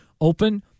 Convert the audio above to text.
open